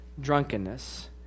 drunkenness